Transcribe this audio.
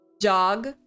jog